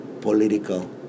political